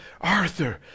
Arthur